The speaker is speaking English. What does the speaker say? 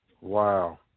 Wow